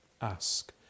ask